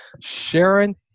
Sharon